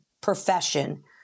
profession